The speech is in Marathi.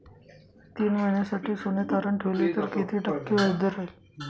तीन महिन्यासाठी सोने तारण ठेवले तर किती टक्के व्याजदर राहिल?